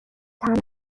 طعم